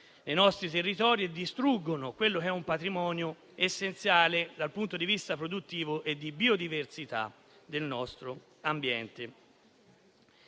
nei nostri territori e distruggono un patrimonio essenziale dal punto di vista produttivo e di biodiversità del nostro ambiente.